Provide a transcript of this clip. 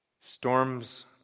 Storms